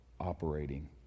operating